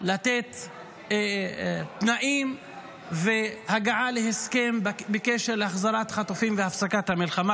לתת תנאים והגעה להסכם בקשר להחזרת החטופים והפסקת המלחמה.